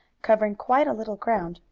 covering quite a little ground,